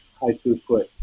high-throughput